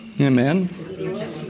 Amen